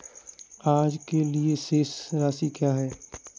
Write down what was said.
आज के लिए शेष राशि क्या है?